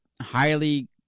highly